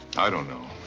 i don't know.